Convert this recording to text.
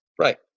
Right